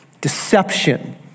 deception